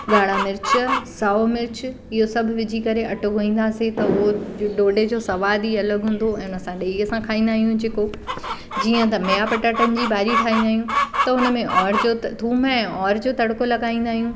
ॻाढ़ा मिर्चु साओ मिर्चु इहो सभु विझी करे अटो ॻोहींदासीं त उहे ॾोॾे जो सवादु ई अलॻि हूंदो ऐं हुन सां ॾहीअ सां खाईंदा आहियूं जेको जीअं त मेहा पटाटानि जी भाॼी ठाहींदा आहियूं त हुन में अहुरि चयो त थूम ऐं अहुरि जो तड़को लॻाईंदा आहियूं